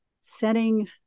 setting